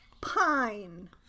pine